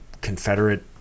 Confederate